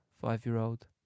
five-year-old